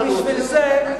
אבל בשביל זה,